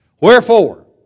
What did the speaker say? Wherefore